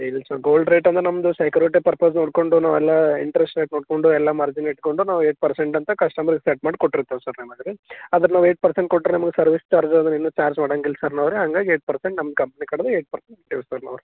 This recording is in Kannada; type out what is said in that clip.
ಇಲ್ಲಿ ಸರ್ ಗೋಲ್ಡ್ ರೇಟ್ ಅಂದ ನಮ್ದು ಸೆಕ್ಯೂರಿಟಿ ಪರ್ಪಸ್ ನೋಡಿಕೊಂಡು ನಾವು ಎಲ್ಲ ಇಂಟರೆಸ್ಟ್ ರೇಟ್ ನೋಡಿಕೊಂಡು ಎಲ್ಲ ಮಾರ್ಜಿನ್ ಇಟ್ಟುಕೊಂಡು ನಾವು ಏಟ್ ಪರ್ಸೆಂಟ್ ಅಂತ ಕಸ್ಟಮರ್ ಸೆಟ್ ಮಾಡಿ ಕೊಟ್ಟಿರ್ತೀವಿ ಸರ್ ನಮ್ಮದ್ರಿ ಅಂದ್ರೆ ನಾವು ಏಟ್ ಪರ್ಸೆಂಟ್ ಕೊಟ್ಟರೆ ನಮ್ಗೆ ಸರ್ವಿಸ್ ಚಾರ್ಜ್ ಅದು ಏನು ಚಾರ್ಜ್ ಮಾಡೋಂಗಿಲ್ಲ ಸರ್ ನಾವು ರೀ ಹಾಗಾಗಿ ಏಟ್ ಪರ್ಸೆಂಟ್ ನಮ್ಮ ಕಂಪ್ನಿ ಕಡೆ ಏಟ್ ಪರ್ಸೆಂಟ್ ಇಟ್ಟಿವೆ ರೀ ಸರ್ ನಾವು ರೀ